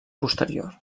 posterior